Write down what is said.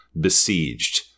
besieged